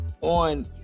on